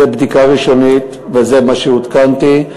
זו בדיקה ראשונית וזה מה שעודכנתי.